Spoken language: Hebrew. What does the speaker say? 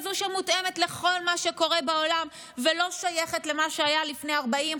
לכזאת שמותאמת לכל מה שקורה בעולם ולא שייכת למה שהיה לפני 40,